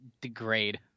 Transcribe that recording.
degrade